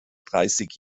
dreißig